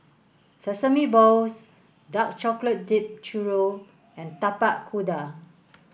sesame balls dark chocolate dipped Churro and Tapak Kuda